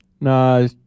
No